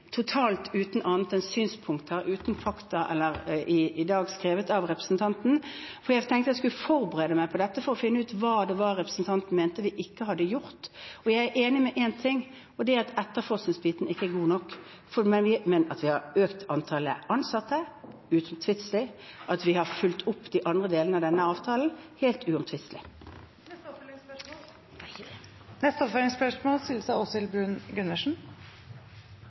jeg skulle forberede meg på dette for å finne ut hva det var representanten mente vi ikke hadde gjort. Jeg er enig med henne i én ting, og det er at etterforskningsbiten ikke er god nok. Men at vi har økt antallet ansatte, er uomtvistelig. Og at vi har fulgt opp de andre delene av denne avtalen, er helt uomtvistelig. Åshild Bruun-Gundersen – til oppfølgingsspørsmål. Norge er